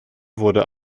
wurde